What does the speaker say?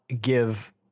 give